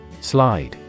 Slide